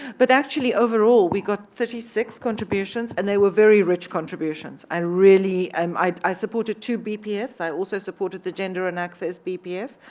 but actually overall we got thirty six contributions, and they were very rich contributions. i really um i supported two bpfs. i also supported the gender and access bpf,